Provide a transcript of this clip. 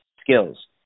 skills